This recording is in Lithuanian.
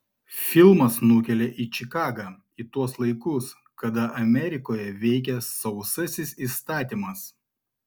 filmas nukelia į čikagą į tuos laikus kada amerikoje veikė sausasis įstatymas